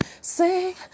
sing